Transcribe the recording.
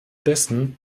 dessen